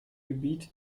gebiet